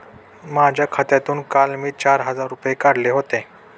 माझ्या खात्यातून काल मी चार हजार रुपये काढले होते